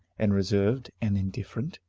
and reserved, and indifferent.